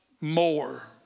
more